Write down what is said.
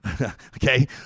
Okay